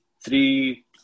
three